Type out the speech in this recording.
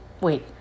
Wait